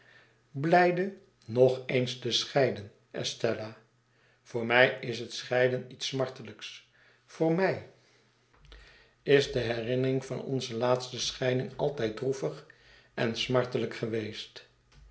blijde nog eens te scheiden estella yoor mij is het scheiden iets smartelijks voor mij is de herinnering van onze laatste scheiding aitijd droevig en smartelijk geweest